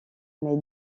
mais